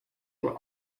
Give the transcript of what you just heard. were